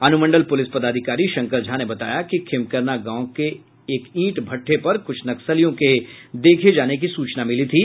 अनुमंडल पुलिस पदाधिकारी शंकर झा ने बताया कि खेमकरना गांव के एक ईंट भठ्ठे पर कुछ नक्सलियों के देखे जाने की सूचना मिली थी